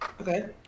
Okay